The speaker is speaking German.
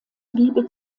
liebe